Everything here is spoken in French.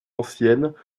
anciennes